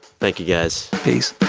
thank you, guys peace